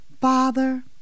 Father